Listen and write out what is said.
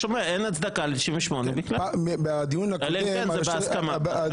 אין הצדקה ל-98 אלא אם כן זה בהסכמה.